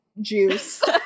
juice